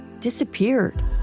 disappeared